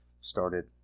started